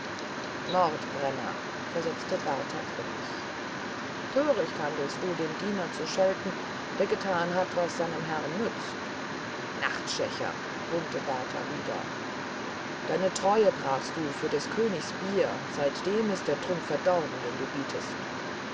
mordbrenner versetzte berthar grimmig töricht handelst du den diener zu schelten der getan hat was seinem herrn nützt nachtschächer brummte berthar wieder deine treue brachst du für des königs bier seitdem ist der trunk verdorben den du bietest